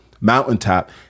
mountaintop